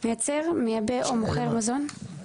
"(1א) מייצר, מייבא או מוכר מזון" למה?